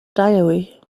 diary